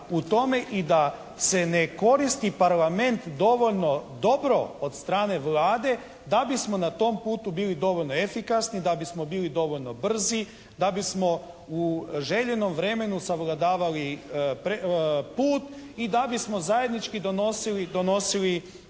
u tome i da se ne koristi Parlament dovoljno dobro od strane Vlade da bismo na tom putu bili dovoljno efikasni, da bismo bili dovoljno brzi, da bismo u željenom vremenu savladavali put i da bismo zajednički donosili